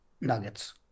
Nuggets